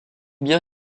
bien